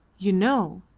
you know,